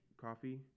coffee